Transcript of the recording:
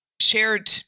Shared